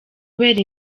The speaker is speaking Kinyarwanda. kubera